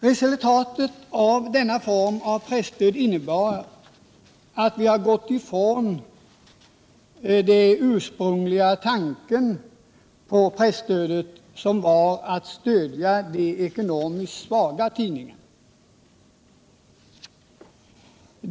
Resultatet av denna form av presstöd är att vi har gått ifrån den ursprungliga tanken med presstödet, som var att hjälpa de ekonomiskt svaga tidningarna.